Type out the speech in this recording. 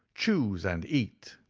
choose and eat.